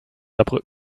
nach